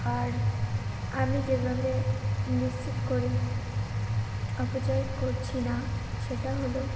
আর আমি যেভাবে নিশ্চিত করি অপচয় করছি না সেটা হলো